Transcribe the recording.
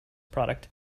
product